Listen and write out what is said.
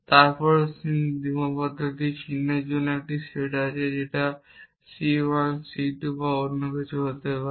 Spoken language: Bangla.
তারপর সীমাবদ্ধতা চিহ্নের একটি সেট আছে এটি c 1 c 2 বা অন্য কিছু হতে পারে